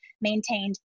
maintained